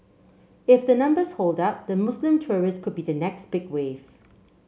if the numbers hold up the Muslim tourist could be the next big wave